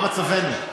מה מצבנו?